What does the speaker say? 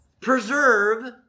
Preserve